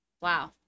wow